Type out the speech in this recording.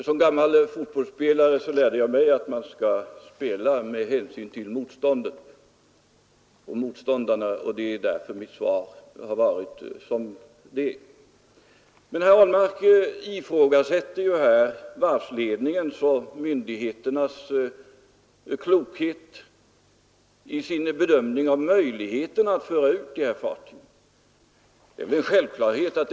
Som gammal fotbollsspelare lärde jag mig att man skall spela med hänsyn till motståndet och motståndarna, och det är därför mitt svar är sådant det Herr Ahlmark ifrågasätter varvsledningens och myndigheternas klokhet i bedömning av möjligheterna att föra ut de här stora fartygen.